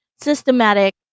systematic